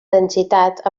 densitat